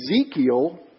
Ezekiel